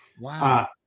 Wow